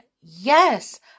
yes